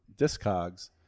Discogs